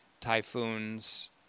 typhoons